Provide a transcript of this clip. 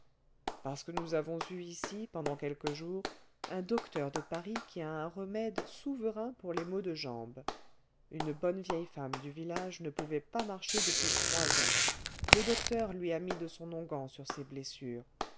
parce que nous avons eu ici pendant quelques jours un docteur de paris qui a un remède souverain pour les maux de jambe une bonne vieille femme du village ne pouvait pas marcher depuis trois ans le docteur lui a mis de son onguent sur ses blessures